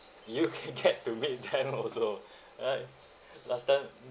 you can get to meet them also right last time